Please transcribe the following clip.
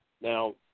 Now